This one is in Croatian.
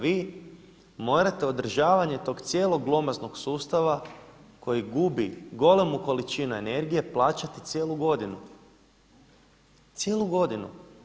Vi morate održavanje tog cijelog glomaznog sustava koji gubi golemu količinu energije plaćati cijelu godinu, cijelu godinu.